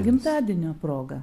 gimtadienio proga